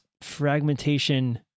fragmentation